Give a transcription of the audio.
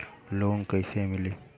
Loan कईसे मिली?